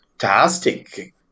fantastic